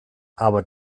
aber